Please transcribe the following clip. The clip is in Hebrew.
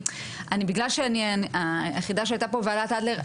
בגלל שאני היחידה שהייתה פה בוועדת אדלר,